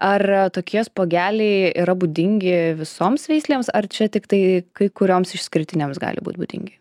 ar tokie spuogeliai yra būdingi visoms veislėms ar čia tiktai kai kurioms išskirtinėms gali būt būdingi